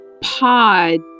Pod